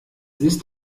ist